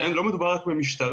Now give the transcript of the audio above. לא מדובר פה רק במשטרה,